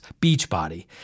Beachbody